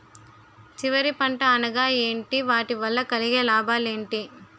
చివరి పంట అనగా ఏంటి వాటి వల్ల కలిగే లాభాలు ఏంటి